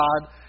God